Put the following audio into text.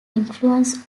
influence